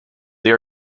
they